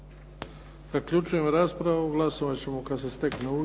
Zaključujem raspravu. Glasovat ćemo kada se steknu uvjeti.